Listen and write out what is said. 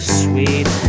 sweet